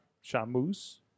Shamus